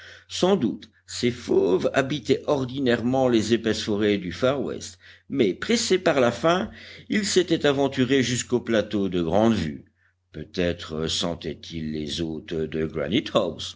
sans doute ces fauves habitaient ordinairement les épaisses forêts du far west mais pressés par la faim ils s'étaient aventurés jusqu'au plateau de grande vue peut-être sentaient ils les hôtes de